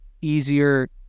easier